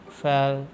fell